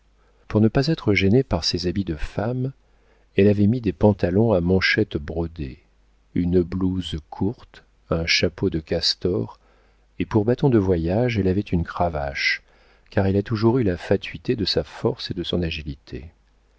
pour ne pas être gênée par ses habits de femme elle avait mis des pantalons à manchettes brodées une blouse courte un chapeau de castor et pour bâton de voyage elle avait une cravache car elle a toujours eu la fatuité de sa force et de son agilité